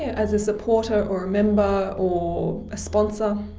as a supporter or a member or a sponsor.